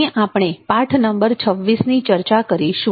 અહીં આપણે પાઠ નંબર 26ની ચર્ચા કરીશું